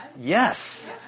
Yes